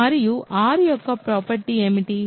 మరియు r యొక్క property ఏమిటి